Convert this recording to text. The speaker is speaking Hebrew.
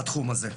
בתחום הזה.